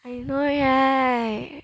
I know right